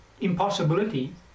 impossibility